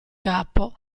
capo